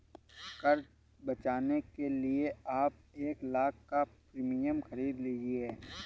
कर बचाने के लिए आप एक लाख़ का प्रीमियम खरीद लीजिए